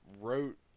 wrote